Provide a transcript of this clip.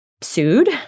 sued